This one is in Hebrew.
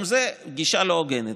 גם זו גישה לא הוגנת.